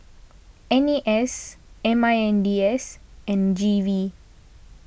N A S M I N D S and G V